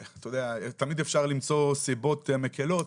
אתה יודע, תמיד אפשר למצוא סיבות מקלות,